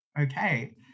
okay